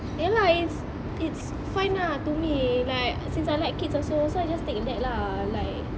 ya lah it's it's fun lah to me like since I like kids also so I just take that lah like